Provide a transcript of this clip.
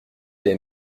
les